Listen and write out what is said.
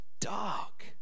dark